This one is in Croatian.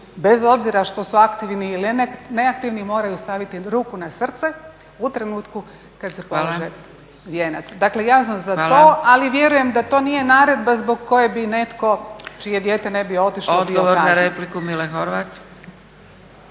bez obzira što su aktivni ili neaktivni moraju staviti ruku na srce u trenutku kad se polaže vijenac. …/Upadica Zgrebec: Hvala./… Dakle, ja sam za to ali vjerujem da to nije naredba zbog koje bi netko čije dijete ne bi otišlo … **Zgrebec, Dragica (SDP)** Odgovor na repliku, Mile Horvat.